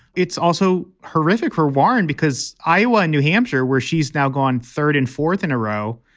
it's also horrific for warren because iowa and new hampshire, where she's now gone third and fourth in a row.